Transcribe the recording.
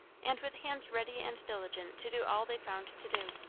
and with hands ready and diligent to do all they found to do.